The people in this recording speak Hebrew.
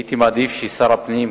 הייתי מעדיף ששר הפנים יענה,